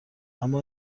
اما